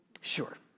Sure